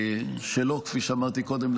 כפי שאמרתי קודם,